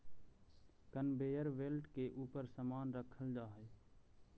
conveyor belt के ऊपर समान रखल जा हई